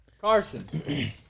Carson